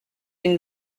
une